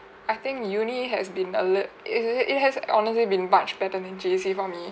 I think uni has been a lil~ it it has honestly been much better than J_C for me